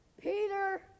Peter